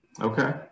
okay